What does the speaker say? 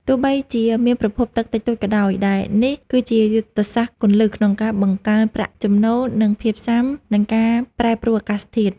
ទោះបីជាមានប្រភពទឹកតិចតួចក៏ដោយ ដែលនេះគឺជាយុទ្ធសាស្ត្រគន្លឹះក្នុងការបង្កើនប្រាក់ចំណូល និងភាពស៊ាំនឹងការប្រែប្រួលអាកាសធាតុ។